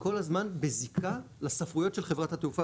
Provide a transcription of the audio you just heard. כל הזמן בזיקה לספרות של חברת התעופה.